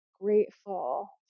grateful